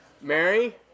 Mary